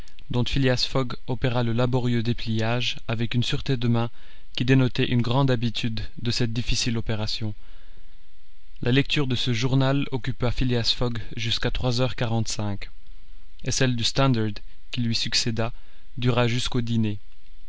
dont phileas fogg opéra le laborieux dépliage avec une sûreté de main qui dénotait une grande habitude de cette difficile opération la lecture de ce journal occupa phileas fogg jusqu'à trois heures quarante-cinq et celle du standard qui lui succéda dura jusqu'au dîner